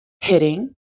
hitting